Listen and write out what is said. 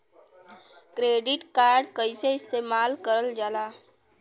Credit card कईसे इस्तेमाल करल जाला?